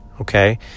okay